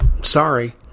Sorry